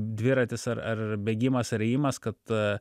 dviratis ar ar bėgimas ar ėjimas kad